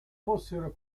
fossero